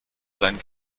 sein